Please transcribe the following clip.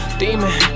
demon